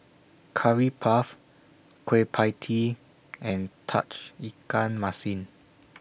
Curry Puff Kueh PIE Tee and Tauge Ikan Masin